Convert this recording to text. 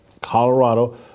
Colorado